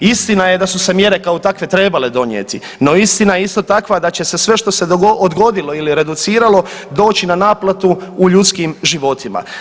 Istina je da su se mjere kao takve trebale donijeti, no istina je isto takva da će sve što se odgodilo ili reduciralo doći na naplatu u ljudskim životima.